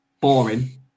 Boring